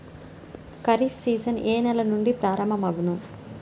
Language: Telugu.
ఖరీఫ్ సీజన్ ఏ నెల నుండి ప్రారంభం అగును?